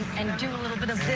and and do a little bit of